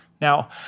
Now